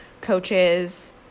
coaches